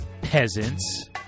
peasants